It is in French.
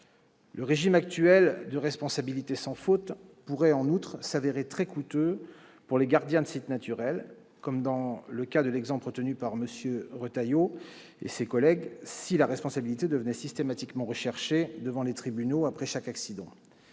Le régime actuel de responsabilité sans faute pourrait, en outre, se révéler très coûteux pour les gardiens de sites naturels, comme dans le cas de l'exemple retenu par Bruno Retailleau et ses collègues, si leur responsabilité devait être systématiquement recherchée devant les tribunaux après chaque accident.